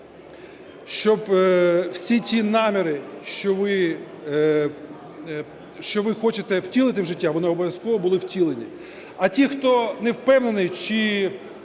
щоб всі ті наміри, що ви хочете втілити в життя, вони обов'язково були втілені. А ті, хто не впевнений чи